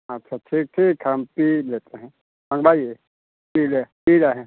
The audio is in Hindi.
अच्छा फिर ठीक है हम पी लेते हैं मँगवाइए पी ले पी रहे हैं